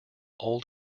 old